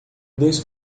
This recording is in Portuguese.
dois